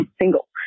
single